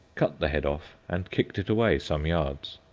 cut the head off, and kicked it away some yards.